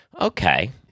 Okay